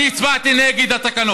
אני רוצה לציין, אני הצבעתי נגד התקנות.